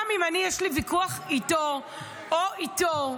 גם אם יש לי ויכוח איתו או איתו,